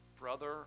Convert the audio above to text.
Brother